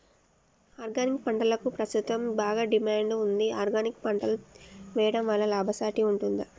Organic పంటలకు ప్రస్తుతం బాగా డిమాండ్ ఉంది ఆర్గానిక్ పంటలు వేయడం వల్ల లాభసాటి ఉంటుందా?